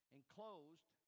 Enclosed